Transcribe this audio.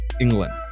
England